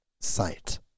sight